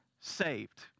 saved